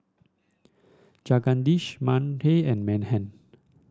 Jagadish Mahade and Mahan